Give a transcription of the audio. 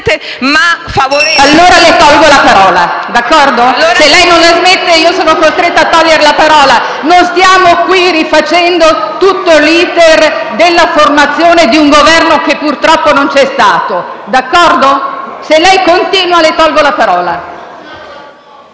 Allora le tolgo la parola! D'accordo? Se lei non la smette io sono costretta a toglierle la parola! Non stiamo qui rifacendo tutto l'*iter* della formazione di un Governo che purtroppo non c'è stato! D'accordo? SANTANGELO *(M5S)*. E falla